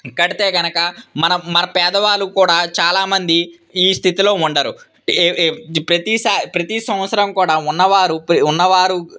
కడితే కనుక మనం మన పేదవాళ్ళు కూడా చాలామంది ఈ స్థితిలో ఉండరు ప్రతిసారి ప్రతి సంవత్సరం కూడా ఉన్నవారు ఉన్నవారు